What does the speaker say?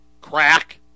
crack